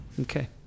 Okay